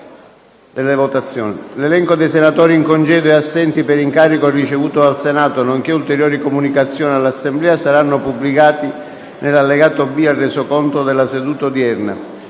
L'elenco dei senatori in congedo e assenti per incarico ricevuto dal Senato, nonché ulteriori comunicazioni all'Assemblea saranno pubblicati nell'allegato B al Resoconto della seduta odierna.